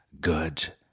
good